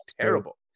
terrible